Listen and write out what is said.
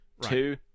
Two